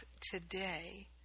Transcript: today